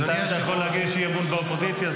בינתיים אתה יכול להגיש אי-אמון באופוזיציה,